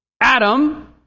Adam